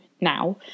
now